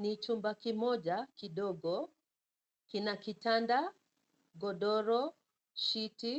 Ni chumba kimoja kidogo. Kina kitanda, godoro, shiti,